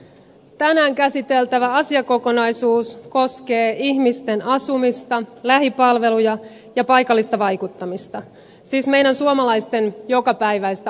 tänään käsiteltävä asiakokonaisuus koskee ihmisten asumista lähipalveluja ja paikallista vaikuttamista siis meidän suomalaisten jokapäiväistä arkea